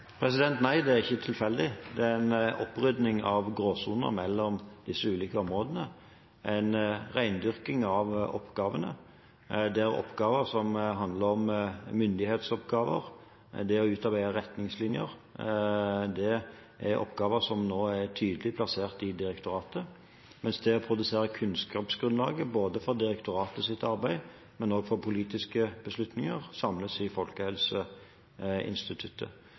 Nei, det er ikke tilfeldig. Det er en opprydding i gråsonene mellom disse ulike områdene – en rendyrking av oppgavene. Det er myndighetsoppgaver, det er oppgaver som handler om å utarbeide retningslinjer – oppgaver som nå er tydelig plassert i direktoratet, mens det å produsere kunnskapsgrunnlaget både for direktoratets arbeid, men også for politiske beslutninger, samles i Folkehelseinstituttet.